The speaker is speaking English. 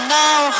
now